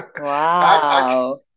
Wow